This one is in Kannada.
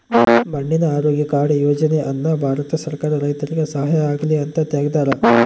ಮಣ್ಣಿನ ಆರೋಗ್ಯ ಕಾರ್ಡ್ ಯೋಜನೆ ಅನ್ನ ಭಾರತ ಸರ್ಕಾರ ರೈತರಿಗೆ ಸಹಾಯ ಆಗ್ಲಿ ಅಂತ ತೆಗ್ದಾರ